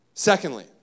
Secondly